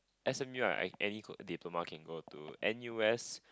S_M_U right like any good diploma you can go to N_U_S